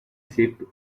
sheep